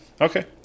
okay